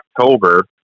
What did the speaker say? October